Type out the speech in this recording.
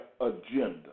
agenda